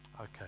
Okay